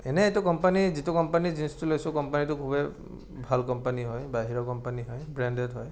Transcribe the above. এনেই এইটো কম্পানী যিটো কম্পানীৰ জিনচটো লৈছোঁ কম্পেনীটো খুবেই ভাল কম্পেনী হয় বাহিৰৰ কম্পেনী হয় ব্ৰেণ্ডেট হয়